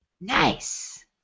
nice